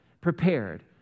prepared